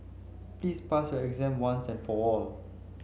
please pass your exam once and for all